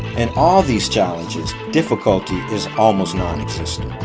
and all these challenges difficulty is almost non-existent.